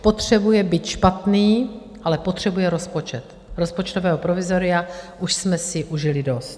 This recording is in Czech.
Potřebuje byť špatný, ale potřebuje rozpočet, rozpočtového provizoria už jsme si užili dost.